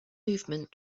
movement